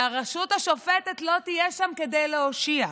והרשות השופטת לא תהיה שם כדי להושיע,